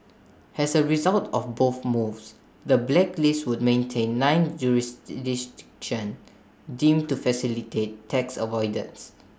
as A result of both moves the blacklist would maintain nine deemed to facilitate tax avoidance